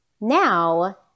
Now